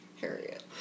Harriet